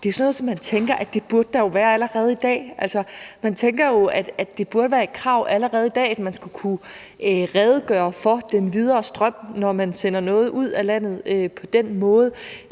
Det er sådan noget, som man jo tænker der burde være allerede i dag; altså, man tænker jo, at det burde være et krav allerede i dag, at man skulle kunne redegøre for den videre strøm, når man sender noget ud af landet på den måde.